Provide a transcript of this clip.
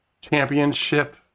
championship